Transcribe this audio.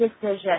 decision